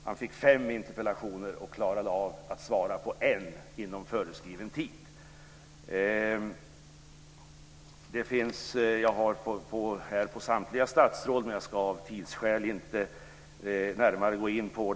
Han fick fem interpellationer och klarade av att svara på en inom föreskriven tid. Jag har uppgifter om samtliga statsråd, men av tidsskäl ska jag inte närmare gå in på detta.